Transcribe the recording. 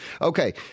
Okay